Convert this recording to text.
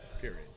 Period